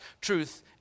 truth